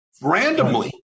randomly